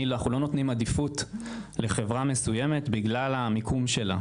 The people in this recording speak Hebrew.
אנחנו לא נותנים עדיפות לחברה מסויימת בגלל המיקום שלה,